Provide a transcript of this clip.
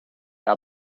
our